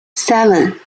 seven